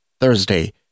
Thursday